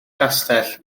castell